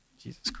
Jesus